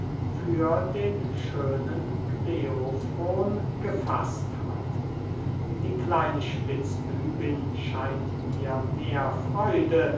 für den schönen kleofron gefaßt hat die kleine spitzbübin scheint mir mehr freude